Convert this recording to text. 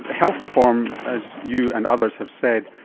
health reform, as you and others have said,